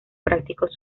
prácticos